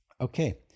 okay